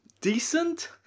decent